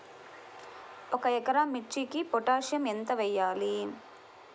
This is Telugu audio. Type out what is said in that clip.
ఒక ఎకరా మిర్చీకి పొటాషియం ఎంత వెయ్యాలి?